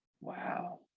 Wow